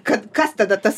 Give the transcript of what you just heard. kad kas tada tas